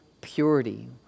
purity